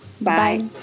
Bye